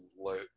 let